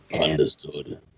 Understood